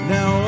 Now